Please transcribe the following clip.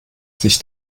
sich